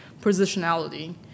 positionality